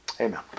Amen